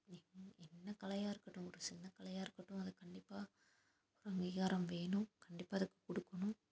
எங் என்ன கலையாக இருக்கட்டும் ஒரு சின்ன கலையாக இருக்கட்டும் அது கண்டிப்பாக ஒரு அங்கீகாரம் வேணும் கண்டிப்பாக அதுக்கு கொடுக்கணும்